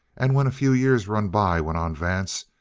and when a few years run by, went on vance,